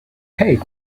hey